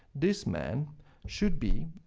this man should be,